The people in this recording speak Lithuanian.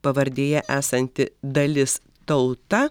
pavardėje esanti dalis tauta